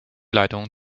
leitungen